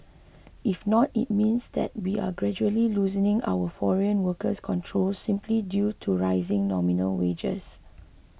if not it means that we are gradually loosening our foreign worker controls simply due to rising nominal wages